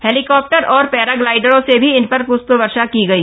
helicopter और पैराग्लाइडरों से भी इन पर प्ष्प वर्षा की गई